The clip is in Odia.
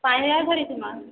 ପାଁଚ୍ ହଜାର୍ ଧରିଥିମା